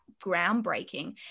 groundbreaking